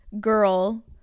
girl